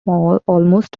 almost